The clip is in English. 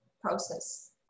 process